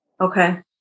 Okay